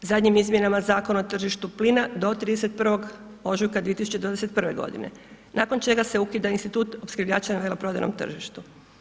Zadnjim izmjenama Zakona o tržištu plina do 31. ožujka 2021. godine nakon čega se ukida institut opskrbljivača na veleprodajnom tržištu.